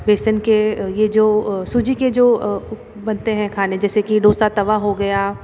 बेसन के ये जो सूजी के जो बनते हैं खाने जैसे कि डोसा तवा हो गया